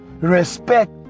respect